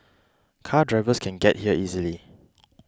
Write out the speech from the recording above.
car drivers can get here easily